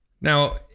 Now